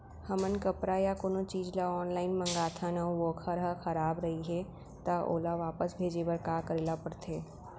हमन कपड़ा या कोनो चीज ल ऑनलाइन मँगाथन अऊ वोकर ह खराब रहिये ता ओला वापस भेजे बर का करे ल पढ़थे?